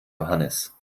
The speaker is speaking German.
johannes